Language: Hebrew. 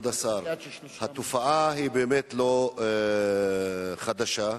דבר חדש: באו רופאים צעירים,